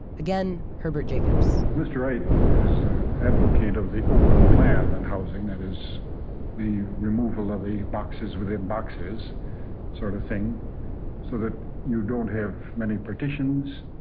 again, herbert jacobs mr. wright is an advocate of the open plan in housing. that is the removal of the boxes within boxes sort of thing, so that you don't have many partitions.